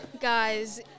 guys